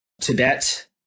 Tibet